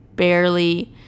barely